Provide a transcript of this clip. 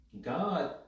God